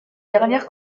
dernière